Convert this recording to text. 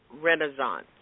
renaissance